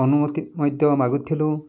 ଅନୁମତି ମଧ୍ୟ ମାଗୁଥିଲୁ